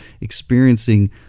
experiencing